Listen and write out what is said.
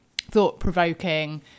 thought-provoking